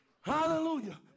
Hallelujah